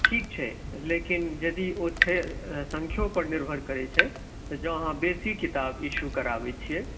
ठीक छै लेकिन यदि ओ छै संख्योपर निर्भर करैत छै तऽ जँऽ अहाँ बेसी किताब इश्यू कराबैत छियै